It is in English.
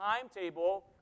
timetable